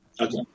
okay